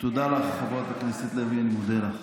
תודה לך, חברת הכנסת לוי, אני מודה לך.